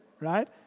right